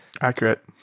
Accurate